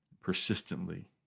Persistently